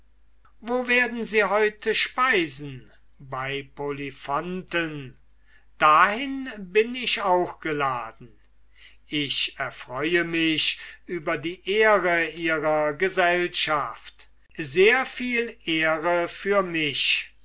wo werden sie heute speisen bei polyphonten dahin bin ich auch geladen ich erfreue mich über die ehre ihrer gesellschaft sehr viel ehre für mich